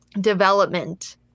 development